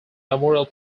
memorial